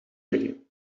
liggen